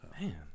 man